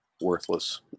worthless